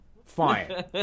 Fine